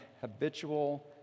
habitual